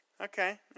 Okay